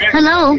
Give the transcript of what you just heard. Hello